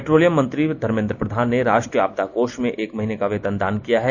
petroleum मंत्री धर्मेन्द्र प्रधान ने राष्ट्रीय आपदा कोष में एक महीने का वेतन दान किया है